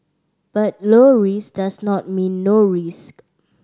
but low risk does not mean no risk